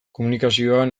komunikazioan